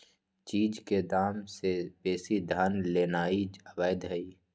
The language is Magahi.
चीज के दाम से बेशी धन लेनाइ अवैध हई